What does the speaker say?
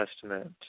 Testament